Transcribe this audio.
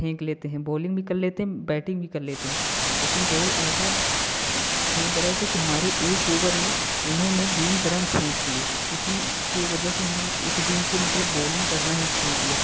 फेंक लेते है बोलिंग भी कर लेते है बैटिंग भी कर लेते है लेकिन बॉल ऐसा फेंक रहे थे की हमारे एक ओवर में उन्होंने बीस रन ठोक दिए इसी के वजह से से हम उस दिन से मतलब बोलिंग करना ही छोड़ दिया